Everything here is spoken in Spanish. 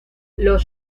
los